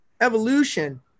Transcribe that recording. evolution